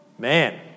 Man